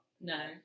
No